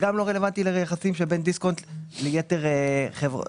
זה גם לא רלוונטי ליחסים שבין דיסקונט ליתר חברות.